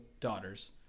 daughters